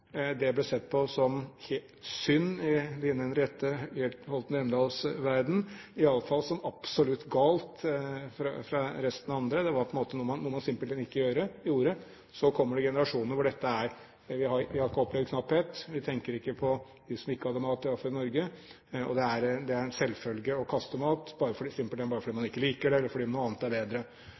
Det ble sett på som synd – kanskje i Line Henriette Hjemdals verden – og i alle fall som absolutt galt for andre. Det var simpelthen noe man ikke gjorde. Så kommer det generasjoner som ikke har opplevd knapphet. Vi tenker ikke på dem som ikke har mat – i hvert fall ikke i Norge – og det er en selvfølge å kaste mat simpelthen fordi man ikke liker det eller fordi noe annet er bedre.